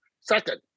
Second